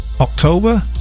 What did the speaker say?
October